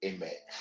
Amen